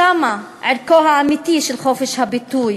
שם ערכו האמיתי של חופש הביטוי.